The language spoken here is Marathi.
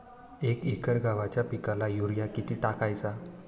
एक एकर गव्हाच्या पिकाला युरिया किती टाकायचा?